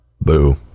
Boo